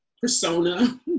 persona